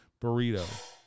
burrito